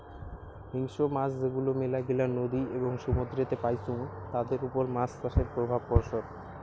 হিংস্র মাছ যেগুলো মেলাগিলা নদী এবং সমুদ্রেতে পাইচুঙ তাদের ওপর মাছ চাষের প্রভাব পড়সৎ